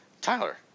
Tyler